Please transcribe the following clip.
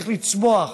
תמשיך לצמוח,